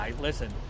Listen